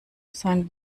sein